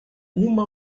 uma